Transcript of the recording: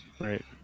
right